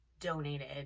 donated